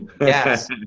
Yes